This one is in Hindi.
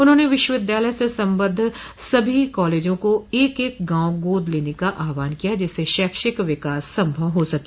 उन्होंने विश्वविद्यालय से संबद्ध सभी कॉलेजों को एक एक गांव गोद लेने का आहवान किया जिससे शैक्षिक विकास संभव हो सके